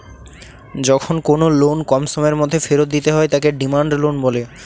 যখন কোনো লোন কম সময়ের মধ্যে ফেরত দিতে হয় তাকে ডিমান্ড লোন বলে